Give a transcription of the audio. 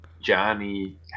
Johnny